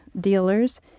dealers